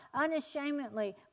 unashamedly